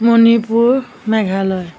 Manipur Meghalaya